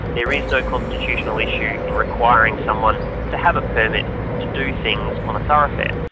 there is no constitutional issue in requiring someone to have a permit to do things on a thoroughfare.